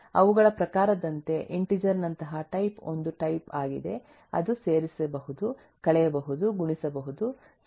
ಅವುಗಳ ಪ್ರಕಾರದಂತೆ ಇಂಟಿಜರ್ ನಂತಹ ಟೈಪ್ ಒಂದು ಟೈಪ್ ಆಗಿದೆ ಅದು ಸೇರಿಸಬಹುದು ಕಳೆಯಬಹುದು ಗುಣಿಸಬಹುದು